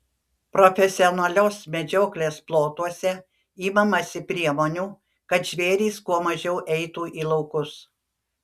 profesionalios medžioklės plotuose imamasi priemonių kad žvėrys kuo mažiau eitų į laukus